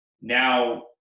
Now